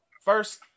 first